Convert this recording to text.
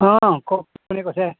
অঁ কওক কোনে কৈছে